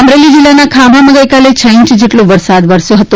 અમરેલી જિલ્લાના ખાંભામાં ગઈકાલે છ ઇંચ જેટલો વરસાદ વરસ્યો હતો